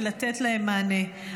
ולתת להם מענה.